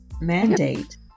mandate